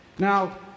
Now